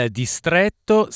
distretto